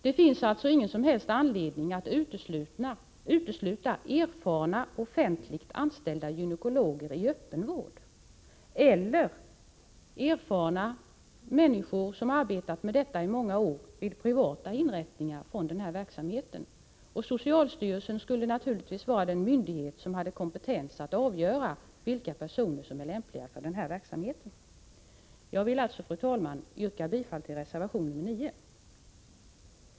Det finns alltså ingen som helst anledning att erfarna offentligt anställda gynekologer i öppenvården eller erfarna gynekologer som arbetat med detta i många år vid privata inrättningar skall uteslutas från denna verksamhet. Socialstyrelsen skulle naturligtvis vara den myndighet som hade kompetensen att avgöra vilka personer som är lämpliga för verksamheten. Jag vill alltså, fru talman, yrka bifall till reservation 9.